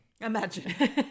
Imagine